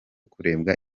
kurebwa